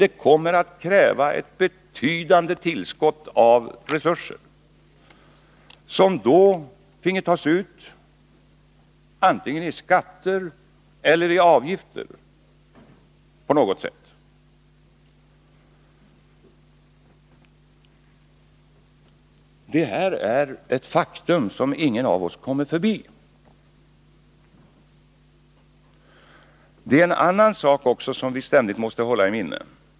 Det kommer att kräva ett betydande tillskott av resurser som då skulle få tas ut antingen i form av skatter eller i form av avgifter. Det här är ett faktum som ingen av oss kommer förbi. Det är en annan sak som vi också ständigt måste hålla i minnet.